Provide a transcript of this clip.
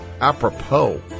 apropos